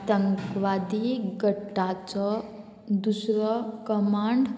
तंकवादी गटाचो दुसरो कमांड